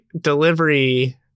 delivery